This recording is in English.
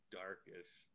darkish